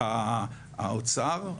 האוצר,